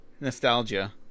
nostalgia